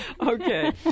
Okay